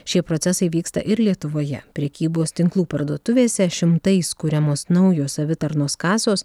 šie procesai vyksta ir lietuvoje prekybos tinklų parduotuvėse šimtais kuriamos naujos savitarnos kasos